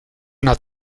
una